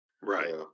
Right